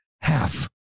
Half